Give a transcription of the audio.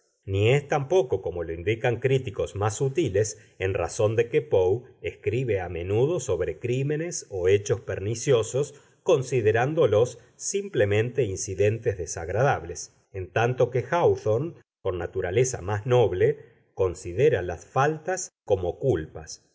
ni es tampoco como lo indican críticos más sutiles en razón de que poe escribe a menudo sobre crímenes o hechos perniciosos considerándolos simplemente incidentes desagradables en tanto que háwthorne con naturaleza más noble considera las faltas como culpas